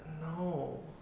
No